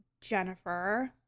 jennifer